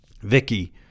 Vicky